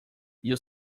you